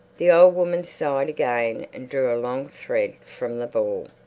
the old woman sighed again and drew a long thread from the ball.